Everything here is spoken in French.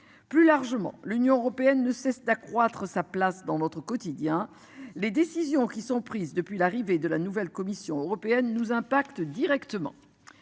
Plus largement, l'Union européenne ne cesse d'accroître sa place dans notre quotidien. Les décisions qui sont prises depuis l'arrivée de la nouvelle Commission européenne nous impacte directement.